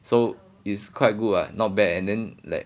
so is quite good what not bad and then like